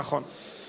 נכון.